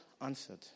answered